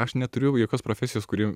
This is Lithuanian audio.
aš neturiu jokios profesijos kuri